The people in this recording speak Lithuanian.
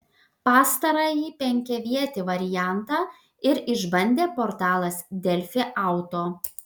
pastarąjį penkiavietį variantą ir išbandė portalas delfi auto